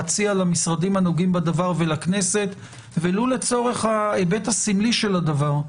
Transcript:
ואציע למשרדים הנוגעים בדבר ולכנסת ולו לצורך ההיבט הסמלי של הדבר,